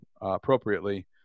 appropriately